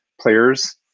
players